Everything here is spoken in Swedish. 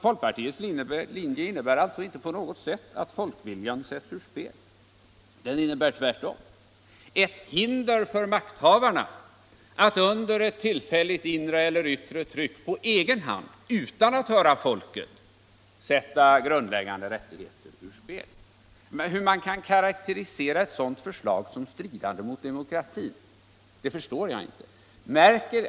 Folkpartiets linje innebär därför inte på något sätt att folkviljan sätts ur spel. Den innebär tvärtom ett hinder för makthavarna att under ett tillfälligt inre eller yttre tryck på egen hand, utan att höra folket, sätta grundläggande rättigheter ur spel. Hur man kan karakterisera ett sådant förslag som stridande mot demokratin förstår jag inte.